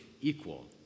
equal